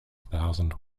thousand